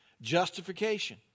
justification